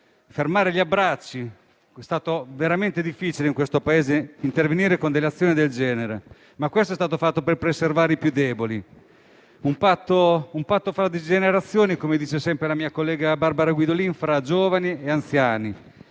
fermare gli abbracci. È stato veramente difficile in questo Paese intervenire con azioni del genere, ma è stato fatto per preservare i più deboli: un patto fra generazioni - come dice sempre la mia collega Barbara Guidolin - fra giovani e anziani.